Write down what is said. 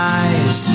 eyes